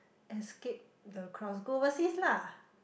escape the cross go overseas lah